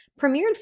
premiered